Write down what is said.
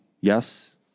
Yes